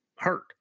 hurt